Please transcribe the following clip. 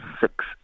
six